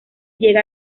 llega